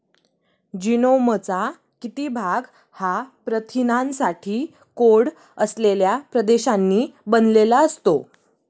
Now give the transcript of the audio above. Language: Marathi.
जीनोमचा किती भाग हा प्रथिनांसाठी कोड असलेल्या प्रदेशांनी बनलेला असतो?